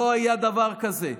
לא היה דבר כזה.